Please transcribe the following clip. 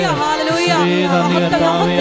hallelujah